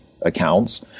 accounts